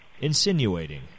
insinuating